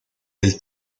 del